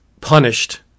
punished